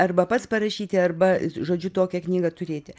arba pats parašyti arba žodžiu tokią knygą turėti